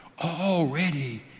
already